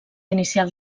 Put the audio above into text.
inicial